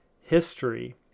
history